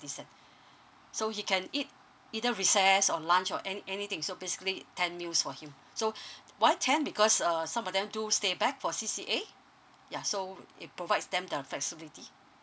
ninety cents so he can eat either recess or lunch or any anything so basically ten meals for him so why ten because err some of them to stay back for c c a ya so it provides them the flexibility